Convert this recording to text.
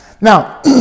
Now